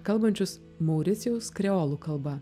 kalbančius mauricijaus kreolų kalba